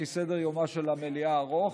כי סדר-יומה של המליאה ארוך.